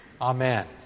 Amen